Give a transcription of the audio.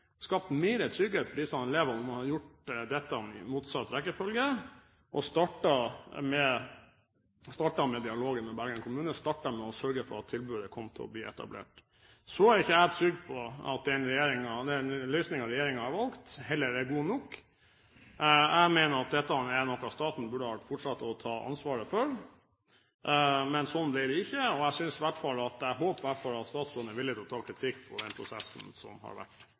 skapt mer trygghet for disse elevene, om man hadde gjort dette i motsatt rekkefølge og startet med dialogen med Bergen kommune, startet med å sørge for at tilbudet ble etablert? Jeg er heller ikke trygg på at den løsningen regjeringen har valgt, er god nok. Jeg mener at dette er noe staten fortsatt burde hatt ansvaret for. Men slik ble det ikke. Jeg håper iallfall at statsråden er villig til å ta kritikk på den prosessen som har vært.